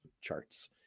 charts